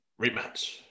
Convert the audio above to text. Rematch